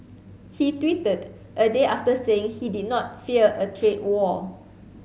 he tweeted a day after saying he did not fear a trade war